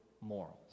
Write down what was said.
morals